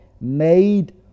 made